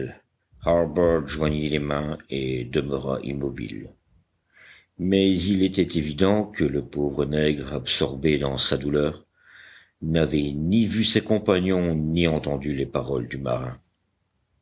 joignit les mains et demeura immobile mais il était évident que le pauvre nègre absorbé dans sa douleur n'avait ni vu ses compagnons ni entendu les paroles du marin